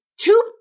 Two